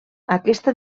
aquesta